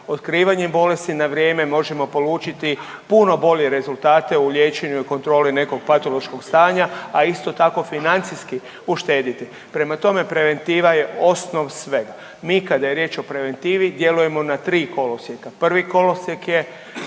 Otkrivanjem bolesti na vrijeme možemo polučiti puno bolje rezultate u liječenju i kontroli nekog patološkog stanja, a isto tako financijski uštediti. Prema tome, preventiva je osnov svega. Mi kada je riječ o preventivi djelujemo na tri kolosijeka. Prvi kolosijek je